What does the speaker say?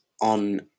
on